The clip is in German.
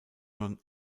john